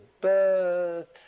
birth